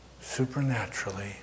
supernaturally